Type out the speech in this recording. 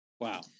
Wow